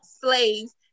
slaves